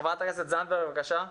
חברת הכנסת זנדברג, בבקשה.